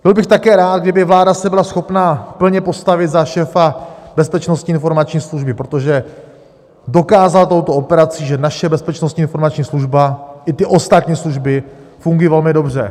Byl bych také rád, kdyby se vláda byla schopna plně postavit za šéfa Bezpečnostní informační služby, protože dokázal touto operací, že naše Bezpečnostní informační služba i ty ostatní služby fungují velmi dobře.